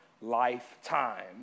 lifetime